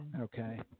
Okay